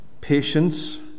patience